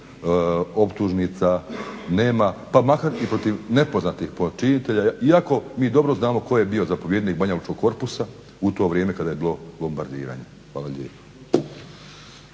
optužnica nema pa makar se protiv nepoznatih počinitelja, iako mi dobro znamo tko je bio zapovjednik banjalučkog korpusa u to vrijeme kada je bilo bombardiranje. Hvala lijepo.